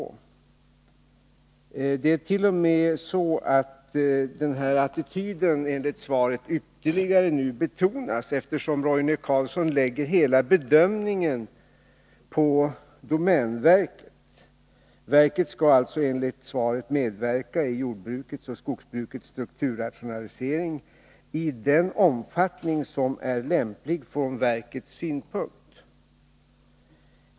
Det är enligt svaret t.o.m. så att denna attityd ytterligare betonas, eftersom Roine Carlsson lägger hela bedömningen på domänverket. Verket skall alltså enligt svaret ”medverka i jordbrukets och skogsbrukets strukturrationalisering i den omfattning som är lämplig från verkets synpunkt”.